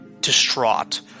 distraught